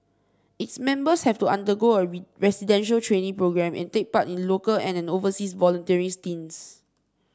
its members have to undergo a residential training programme and take part in local and an overseas volunteering stints